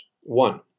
One